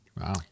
Wow